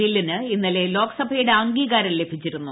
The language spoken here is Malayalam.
ബില്ലിന് ഇന്നലെ ലോക്സഭയുടെ അംഗീകാരം ലഭിച്ചിരുന്നു